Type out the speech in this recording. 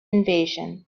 invasion